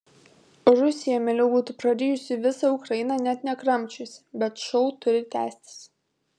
rusija mieliau būtų prarijusi visą ukrainą net nekramčiusi bet šou turi tęstis